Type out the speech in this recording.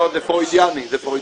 לא, זה פרוידיאני, זה פרוידיאני.